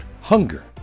hunger